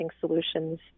solutions